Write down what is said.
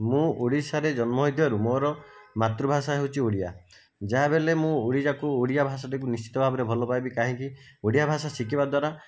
ମୁଁ ଓଡ଼ିଶାରେ ଜନ୍ମ ହୋଇଥିବାରୁ ମୋର ମାତୃଭାଷା ହେଉଛି ଓଡ଼ିଆ ଯାହାବି ହେଲେ ମୁଁ ଓଡ଼ିଶାକୁ ଓଡ଼ିଆ ଭାଷାଟାକୁ ନିଶ୍ଚିତ ଭାବରେ ଭଲ ପାଇବି କାହିଁକି ଓଡ଼ିଆ ଭାଷା ଶିଖିବା ଦ୍ଵାରା